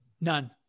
none